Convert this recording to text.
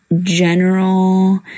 general